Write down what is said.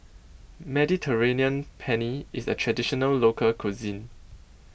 Mediterranean Penne IS A Traditional Local Cuisine